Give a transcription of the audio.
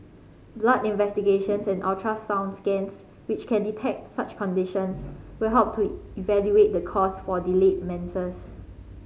blood investigations and ultrasound scans which can detect such conditions will help to evaluate the cause for delayed menses